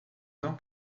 não